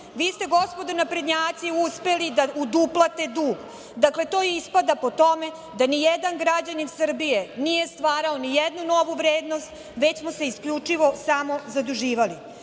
Vi ste gospodo naprednjaci uspeli da uduplate dug, dakle, to ispada po tome da nijedan građanin Srbije nije stvarao nijednu novu vrednost, već smo se isključivo samozaduživali. Takođe